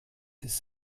ist